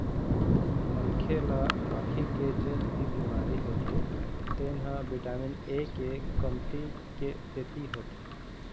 मनखे ल आँखी के जेन भी बिमारी होथे तेन ह बिटामिन ए के कमती के सेती होथे